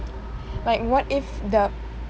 like what if the